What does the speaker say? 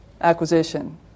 acquisition